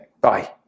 bye